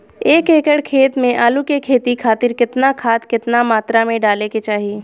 एक एकड़ खेत मे आलू के खेती खातिर केतना खाद केतना मात्रा मे डाले के चाही?